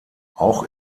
auch